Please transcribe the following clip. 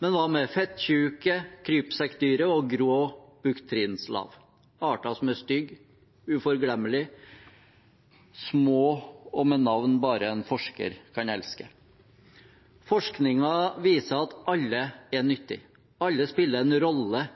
men hva med fettkjuke, krypsekkdyret og grå buktkrinslav – arter som er stygge, forglemmelige, små og med navn bare en forsker kan elske? Forskningen viser at alle er nyttige. Alle spiller en rolle